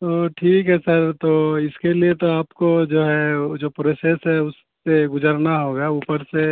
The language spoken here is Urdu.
تو ٹھیک ہے سر تو اس کے لیے تو آپ کو جو ہے جو پروسیس ہے اس سے گزرنا ہوگا اوپر سے